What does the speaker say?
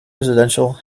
residential